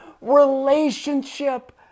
relationship